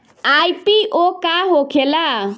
IPO का होखेला?